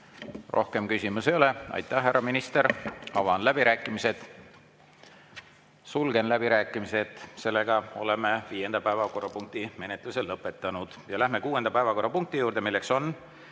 Rohkem küsimusi ei ole. Aitäh, härra minister! Avan läbirääkimised. Sulgen läbirääkimised. Oleme viienda päevakorrapunkti menetlemise lõpetanud. Läheme kuuenda päevakorrapunkti juurde, milleks on